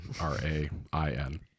R-A-I-N